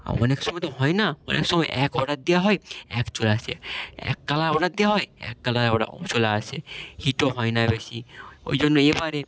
অনেক সময় তো হয় না অনেক সময় এক অর্ডার দেওয়া হয় এক চলে আসে এক কালার অর্ডার দেওয়া হয় এক কালার অর্ডার চলে আসে হিটও হয় না বেশি ওই জন্য এবারে